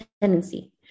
tendency